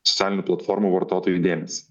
socialinių platformų vartotojų dėmesį